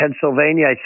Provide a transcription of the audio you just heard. Pennsylvania